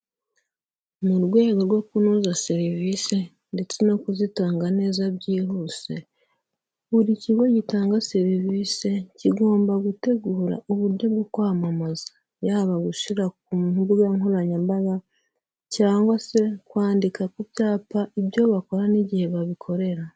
Mu rwego rwo kunoza serivisi ndetse no kuzitanga neza byihuse, buri kigo gitanga serivisi kigomba gutegura uburyo bwo kwamamaza, yaba gushyira ku mbuga nkoranyambaga cyangwa se kwandika ku byapa ibyo bakora n'igihe babikorera.